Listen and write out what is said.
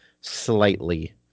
Slightly